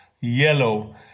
Yellow